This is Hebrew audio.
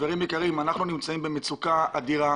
חברים יקרים, אנחנו נמצאים במצוקה אדירה.